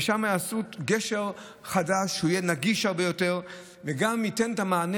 ושם יעשו גשר חדש שיהיה נגיש הרבה יותר וגם ייתן מענה